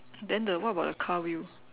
then the what about the car wheel